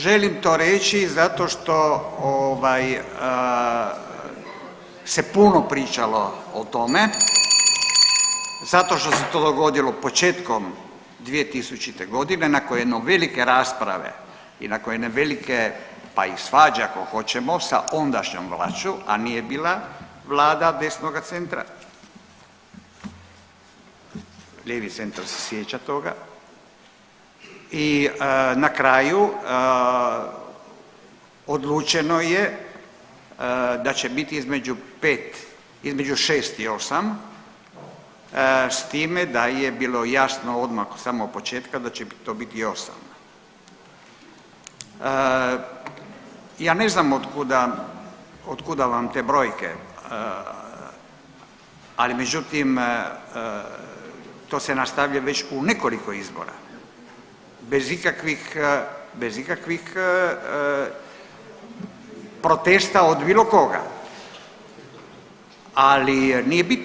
Želim to reći zato što se puno pričalo o tome zato što se to dogodilo početkom 2000.g. nakon jedne velike rasprave i nakon jedne velike pa i svađe ako hoćemo sa ondašnjom vlašću, a nije bila vlada desnoga centra, lijevi centar se sjeća toga i na kraju odlučeno je da će biti između 5, između 6 i 8 s time je bilo jasno odmah od samog početka da će to biti 8. Ja ne znam otkuda, od kuda vam te brojke, ali međutim to se nastavlja već u nekoliko izbora bez ikakvih, bez ikakvih protesta od bilo koga, ali nije bitno.